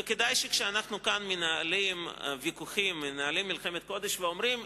וכדאי שכשאנחנו כאן מנהלים ויכוחים ומלחמת קודש ואומרים,